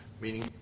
meaning